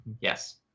Yes